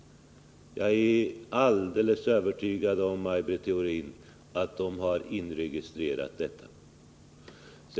Jag är alldeles övertygad om, Maj Britt Theorin, att miljövännerna har inregistrerat detta.